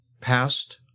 past